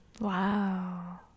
Wow